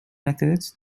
methods